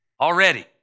Already